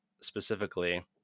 specifically